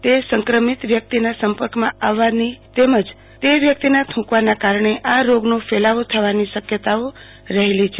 તે સંક્રમિત વ્યકિતના સંપર્કમાં આવવાથી તેમજ સંક્રમિત વ્યકિતના થૂંકવાના કારણે આ રોગનો ફેલાવો થવાની શકયતાઓ રહેલી છે